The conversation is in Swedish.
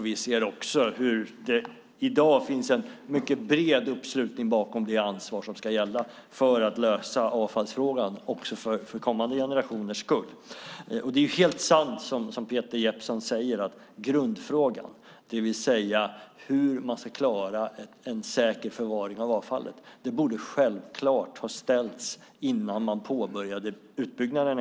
Vi ser också att det i dag finns en mycket bred uppslutning bakom det ansvar som ska gälla för att lösa avfallsfrågan också för kommande generationers skull. Det är helt sant som Peter Jeppsson säger. Grundfrågan, det vill säga hur man ska klara en säker förvaring av avfallet, borde självklart ha ställts innan man en gång påbörjade utbyggnaden.